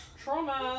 trauma